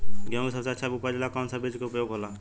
गेहूँ के सबसे अच्छा उपज ला कौन सा बिज के उपयोग होला?